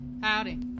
Howdy